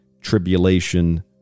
tribulation